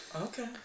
Okay